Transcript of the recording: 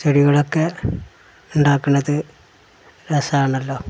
ചെടികളൊക്കെ ഉണ്ടാക്കണത് രസമാണല്ലോ